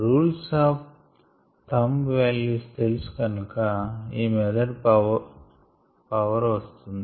rules of thumb values తెలుసు కనుక ఈ మెథడ్ పవర్ వస్తుంది